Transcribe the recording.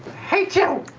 hate you.